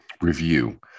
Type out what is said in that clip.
review